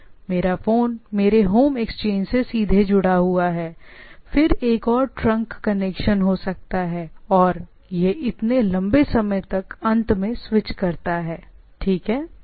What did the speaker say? तो यह पहला फोन होगा जो मेरा फोन मेरे होम एक्सचेंज से सीधे जुड़ा हुआ है फिर एक और ट्रंक कनेक्शन हो सकता है और इसलिए आगे बढ़ने पर यह इतने लंबे समय तक अंत में स्विच करता है ठीक है